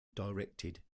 directed